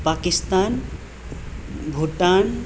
Pakistan Bhutan